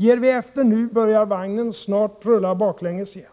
Ger vi efter nu börjar vagnen snart rulla baklänges igen,